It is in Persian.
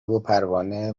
وپروانه